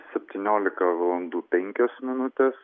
septyniolika valandų penkios minutės